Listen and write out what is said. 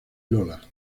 lola